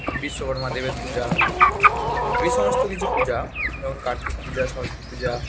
বিশ্বকর্মা দেবের পূজা এই সমস্ত কিছু পূজা যেমন কার্তিক পূজা সরস্বতী পূজা